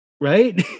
right